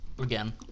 Again